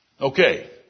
Okay